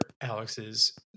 Alex's